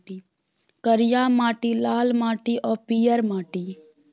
करिया माटि, लाल माटि आ पीयर माटि